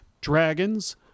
Dragons